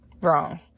Wrong